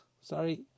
sorry